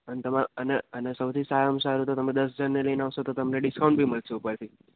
અને તમારે અને અને સૌથી સારામાં સારું તમે દસ જણને લઈને આવશો તો તમને ડિસકાઉન્ટ બી મળશે ઉપરથી